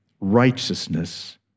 righteousness